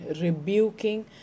rebuking